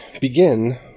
begin